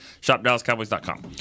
shopdallascowboys.com